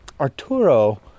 arturo